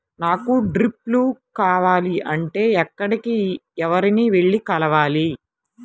నాకు డ్రిప్లు కావాలి అంటే ఎక్కడికి, ఎవరిని వెళ్లి కలవాలి?